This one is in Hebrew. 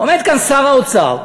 עומד כאן שר האוצר,